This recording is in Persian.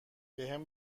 بهم